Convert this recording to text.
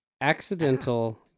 Accidental